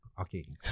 okay